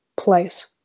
place